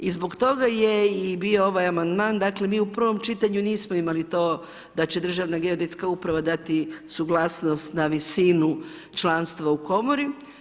I zbog toga je bio i ovaj amandman dakle mi u prvom čitanju nismo imali to da će Državna geodetska uprava dati suglasnost na visinu članstva u komori.